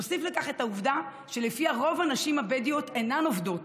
נוסיף לכך את העובדה שלפיה רוב הנשים הבדואיות אינן עובדות